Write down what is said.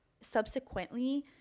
subsequently